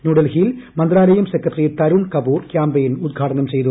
ന്യൂഡൽഹിയിൽ മന്ത്രാലയം secretary Tarun Kapoor campaign ഉദ്ഘാടനം ചെയ്തു